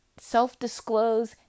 self-disclose